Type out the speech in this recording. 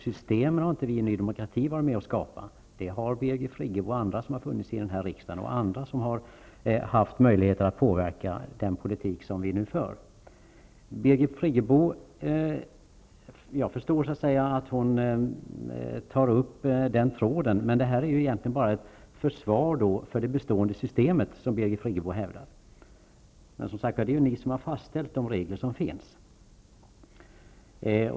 Systemen har inte Ny Demokrati varit med om att skapa -- det har Birgit Friggebo och andra som har suttit i riksdagen och andra som har haft möjligheter att påverka den politik som vi nu för gjort. Jag förstår att Birgit Friggebo tar upp den tråden, men det som Birgit Friggebo hävdar är då egentligen bara ett försvar för det bestående systemet. Men det är som sagt ni som har fastställt de regler som gäller.